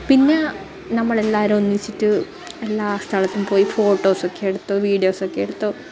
പിന്നെ നമ്മളെല്ലാവരും ഒന്നിച്ചിട്ട് എല്ലാ സ്ഥലത്തും പോയി ഫോട്ടോസൊക്കെ എടുത്തു വീഡിയോസൊക്കെ എടുത്തു